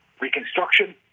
reconstruction